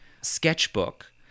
sketchbook